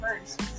first